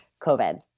COVID